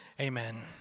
Amen